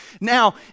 Now